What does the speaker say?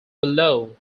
below